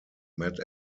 met